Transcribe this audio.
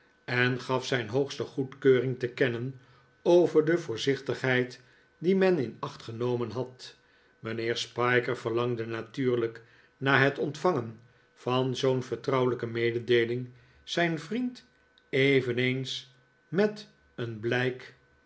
en gaf zijn hoogste goedkeuring te kennen over de voorzichtigheid die men in acht genomen had mijnheer spiker verlangde natuurlijk na het ontvangen van zoo'n vertrouwelijke mededeeiing zijn vriend eveneens met een blijk